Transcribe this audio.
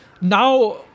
now